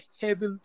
heavy